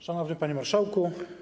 Szanowny Panie Marszałku!